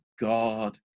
God